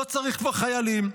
כבר לא צריך חיילים.